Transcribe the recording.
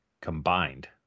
combined